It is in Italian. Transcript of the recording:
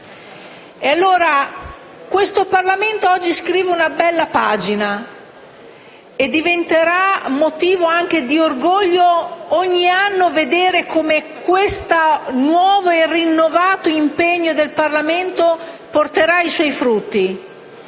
Parlamento, pertanto, oggi scrive una bella pagina e diventerà anche motivo di orgoglio ogni anno vedere come questo nuovo e rinnovato impegno del Parlamento porterà i suoi frutti;